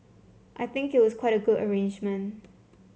I think it was quite a good arrangement